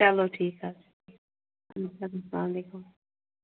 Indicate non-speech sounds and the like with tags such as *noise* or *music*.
چلو ٹھیٖک حظ *unintelligible* السلام علیکم